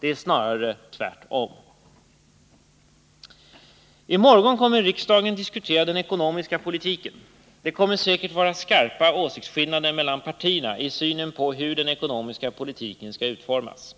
Det är snarare tvärtom. I morgon kommer riksdagen att diskutera den ekonomiska politiken. Det kommer säkert att vara skarpa åsiktsskillnader mellan partierna i synen på hur den ekonomiska politiken skall utformas.